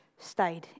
stayed